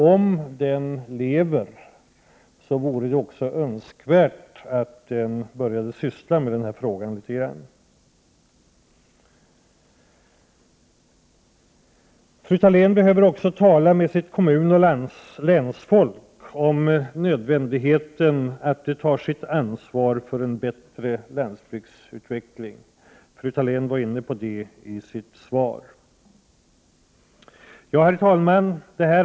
Om den lever vore det också önskvärt att den började syssla med denna fråga. Fru Thalén behöver tala med sitt kommunoch länsfolk om nödvändigheten att ta ansvaret för en bättre landsbygdsutveckling. Fru Thalén var inne på detta i svaret. Herr talman!